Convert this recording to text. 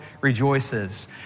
Rejoices